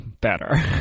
better